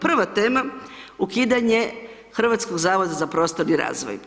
Prva tema ukidanje Hrvatskog zavoda za prostorni razvoj.